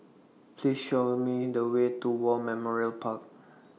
Please Show Me The Way to War Memorial Park